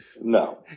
No